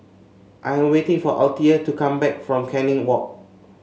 I am waiting for Althea to come back from Canning Walk